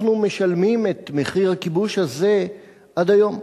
אנחנו משלמים את מחיר הכיבוש הזה עד היום.